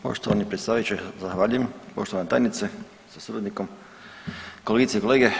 Poštovani predsjedavajući zahvaljujem, poštovana tajnice sa suradnikom, kolegice i kolege.